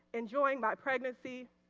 enjoying my pregnancy,